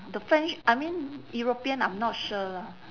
the french I mean european I'm not sure lah